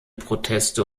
proteste